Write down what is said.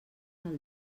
del